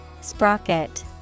Sprocket